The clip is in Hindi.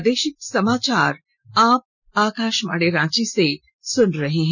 प्रादेशिक समाचार आप आकाशवाणी रांची से सुन रहे हैं